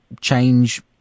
change